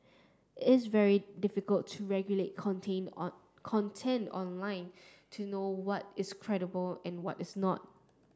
is very difficult to regulate contain on content online to know what is credible and what is not